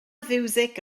fiwsig